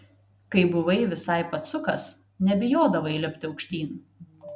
kai buvai visai pacukas nebijodavai lipti aukštyn